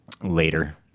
later